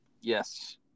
yes